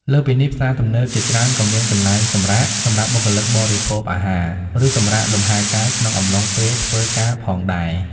លើសពីនេះ ផ្សារទំនើបជាច្រើនក៏មានកន្លែងសម្រាក សម្រាប់បុគ្គលិកបរិភោគអាហារ ឬសម្រាកលំហែកាយក្នុងអំឡុងពេលធ្វើការផងដែរ។